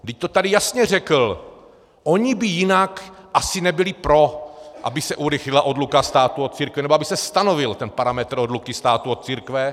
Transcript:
Vždyť to tady jasně řekl: oni by jinak asi nebyli pro, aby se urychlila odluka státu od církve, aby se stanovil ten parametr odluky státu od církve.